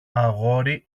αγόρι